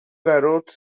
garoto